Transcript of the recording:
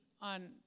on